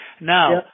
Now